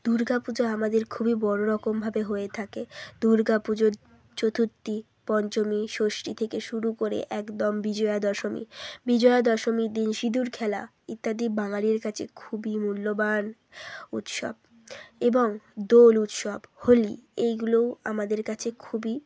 দুর্গাপুজো আমাদের খুবই বড় রকমভাবে হয়ে থাকে দুর্গাপুজো চতুর্থী পঞ্চমী ষষ্ঠী থেকে শুরু করে একদম বিজয়া দশমী বিজয়া দশমীর দিন সিঁদুর খেলা ইত্যাদি বাঙালির কাছে খুবই মূল্যবান উৎসব এবং দোল উৎসব হোলি এইগুলোও আমাদের কাছে খুবই